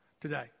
today